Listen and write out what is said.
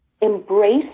embrace